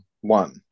one